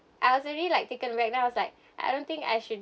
I was already like taken aback then I was like I don't think I should